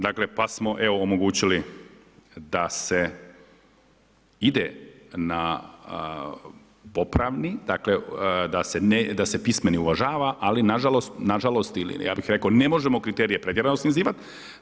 Dakle, pa smo evo omogućili da se ide na popravni, dakle da se pismeni uvažava ali nažalost, nažalost ili, ja bih rekao ne možemo kriterije pretjerano snižavati.